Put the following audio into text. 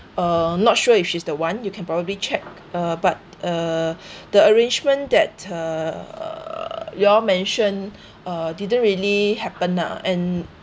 uh not sure if she's the one you can probably check uh but uh the arrangement that uh you all mentioned uh didn't really happen lah and